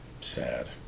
sad